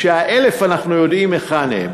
כשה-1,000 אנחנו יודעים היכן הם,